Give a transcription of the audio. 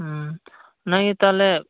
ᱦᱩᱸ ᱚᱱᱟᱜᱮ ᱛᱟᱞᱦᱮ